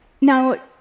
Now